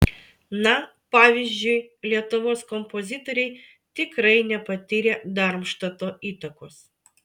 na pavyzdžiui lietuvos kompozitoriai tikrai nepatyrė darmštato įtakos